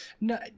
no